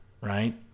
right